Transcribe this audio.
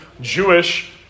Jewish